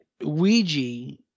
Ouija